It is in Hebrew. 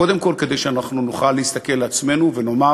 קודם כול כדי שאנחנו נוכל להסתכל בעצמנו ולומר